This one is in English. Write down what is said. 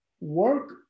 work